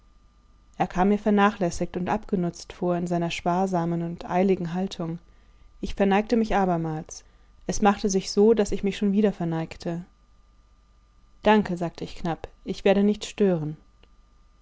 er kam mir vernachlässigt und abgenutzt vor in seiner sparsamen und eiligen haltung ich verneigte mich abermals es machte sich so daß ich mich schon wieder verneigte danke sagte ich knapp ich werde nicht stören